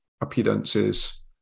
appearances